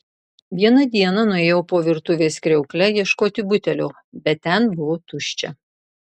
vieną dieną nuėjau po virtuvės kriaukle ieškoti butelio bet ten buvo tuščia